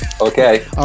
Okay